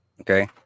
Okay